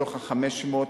מתוך ה-530.